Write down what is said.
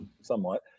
somewhat